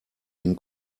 den